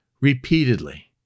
repeatedly